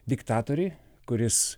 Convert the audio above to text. diktatoriui kuris